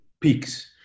peaks